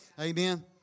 Amen